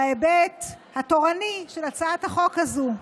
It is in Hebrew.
בהיבט התורני של הצעת החוק הזו.